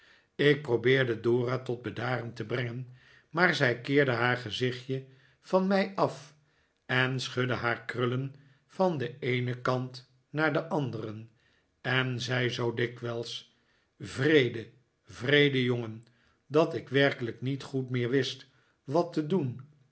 ik probeerde dora tot bedaren te brengen maar zij keerde haar gezichtje van mij af en schudde haar krullen van den eenen kant naar den anderen en zei zoo dikwijls wreede wreede jongen dat ik werkelijk niet goed meer wist wat te doen